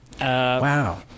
Wow